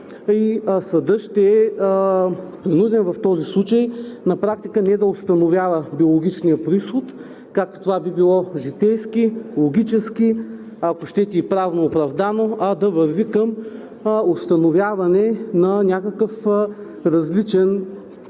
и съдът ще е принуден в този случай на практика не да установява биологичния произход, както това би било житейски, логически, а ако щете – и правно оправдано, а да върви към установяване на някакъв различен,